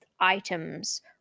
items